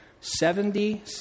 Seventy